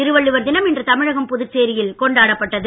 திருவள்ளுவர் தினம் இன்று தமிழகம் புதுச்சேரியில் கொண்டாடப்பட்டது